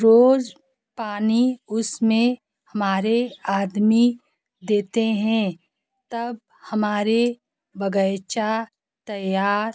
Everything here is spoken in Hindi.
रोज पानी उसमें हमारे आदमी देते हैं तब हमारे बगीचा तैयार